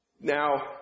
Now